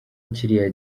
kiriya